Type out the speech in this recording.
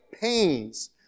pains